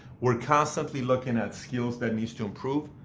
we're constantly looking at skills that need to improve,